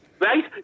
Right